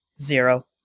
Zero